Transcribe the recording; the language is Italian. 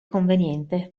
conveniente